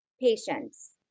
Patience